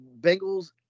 Bengals